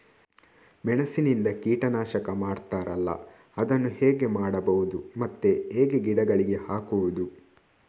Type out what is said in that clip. ಮೆಣಸಿನಿಂದ ಕೀಟನಾಶಕ ಮಾಡ್ತಾರಲ್ಲ, ಅದನ್ನು ಹೇಗೆ ಮಾಡಬಹುದು ಮತ್ತೆ ಹೇಗೆ ಗಿಡಗಳಿಗೆ ಹಾಕುವುದು?